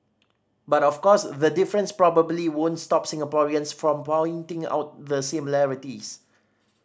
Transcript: but of course the difference probably won't stop Singaporeans from pointing out the similarities